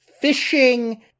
fishing